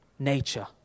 Nature